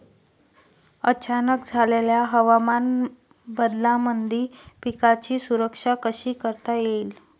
अचानक झालेल्या हवामान बदलामंदी पिकाची सुरक्षा कशी करता येईन?